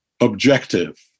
objective